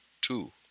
two